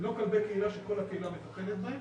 הם לא כלבי קהילה שכל הקהילה מטפלת בהם.